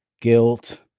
guilt